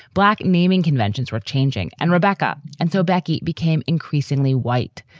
black naming conventions were changing. and rebecca and so becky became increasingly white.